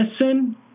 listen